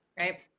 Right